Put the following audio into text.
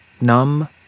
numb